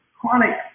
chronic